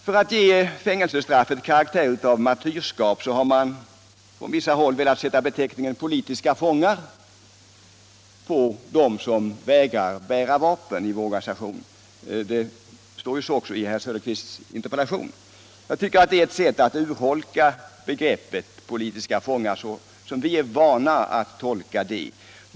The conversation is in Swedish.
För att ge fängelsestraffet karaktär av martyrskap har man på vissa håll velat sätta beteckningen ”politiska fångar” på dem som vägrar bära vapen. Det står även i herr Söderqvists interpellation. Jag tycker att det är ett sätt att urholka begreppet ”politiska fångar” som vi är vana att tolka det.